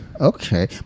okay